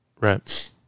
Right